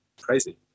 crazy